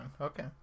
okay